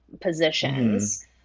positions